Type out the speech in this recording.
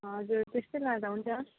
हजुर त्यस्तै लाँदा हुन्छ